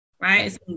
right